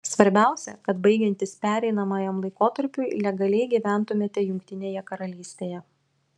svarbiausia kad baigiantis pereinamajam laikotarpiui legaliai gyventumėte jungtinėje karalystėje